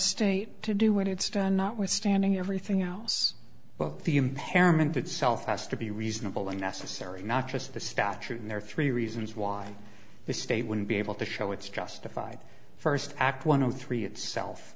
state to do what it's done notwithstanding everything else but the impairment itself has to be reasonable and necessary not just the statute there are three reasons why the state wouldn't be able to show it's justified first act one of three itself